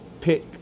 pick